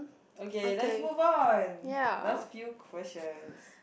okay let's move on last few questions